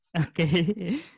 Okay